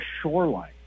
shoreline